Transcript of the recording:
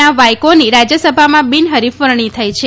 ના વાઈકોની રાજ્યસભામાં બિનહરીફ વરણી થઈ છે